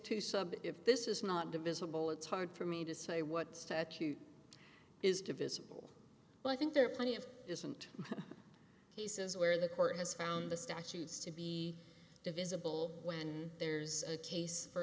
two sub if this is not divisible it's hard for me to say what statute is divisible but i think there are plenty of isn't cases where the court has found the statutes to be divisible when there's a case for